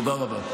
תודה רבה.